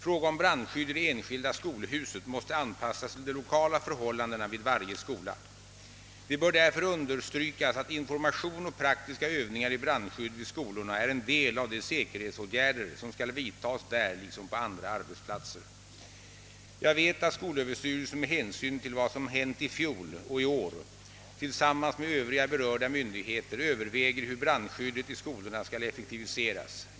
Fråga om brandskydd i det enskilda skolhuset måste anpassas till de lokala förhållandena vid varje skola. Det bör därför understrykas, att information och praktiska övningar i brandskydd vid skolorna är en del av de säkerhetsåtgärder som skall vidtas där liksom på andra arbetsplatser. Jag vet, att skolöverstyrelsen med hänsyn till vad som hänt i fjol och i år tillsammans med övriga berörda myndigheter överväger hur brandskyddet i skolorna skall effektiviseras.